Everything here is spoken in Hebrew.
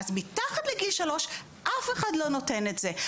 מתחת לגיל שלוש אף אחד לא נותן את זה.